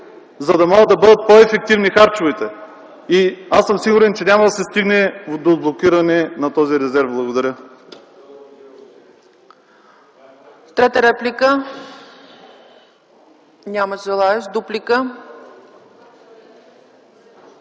за да може да бъдат по-ефективни харчовете. Аз съм сигурен, че няма да се стигне до отблокиране на този резерв. Благодаря.